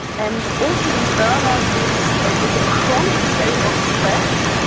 and ultimately burnout is a is a chronic state of stress,